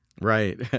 Right